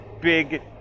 big